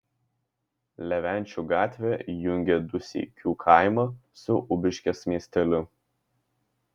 levenčių gatvė jungia dūseikių kaimą su ubiškės miesteliu